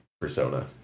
persona